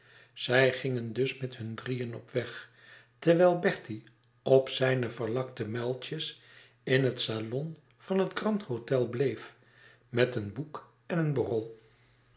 zij gingen dus met hun drieën op weg terwijl bertie op zijne verlakte muiltjes in het salon van het grand-hôtel bleef met een boek en een borrel